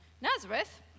Nazareth